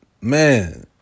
man